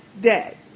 dead